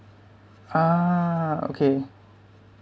ah okay